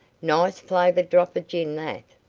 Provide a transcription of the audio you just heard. nice flavoured drop of gin that.